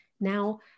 Now